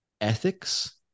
ethics